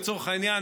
לצורך העניין,